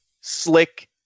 slick